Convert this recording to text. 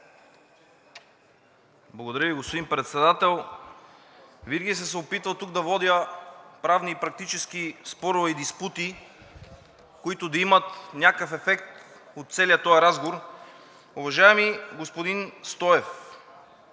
Благодаря Ви, господин Председател. Винаги съм се опитвал тук да водя правни и практически спорове и диспути, които да имат някакъв ефект от целия този разговор. Уважаеми господин Стоев,